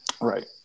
right